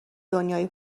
دنیای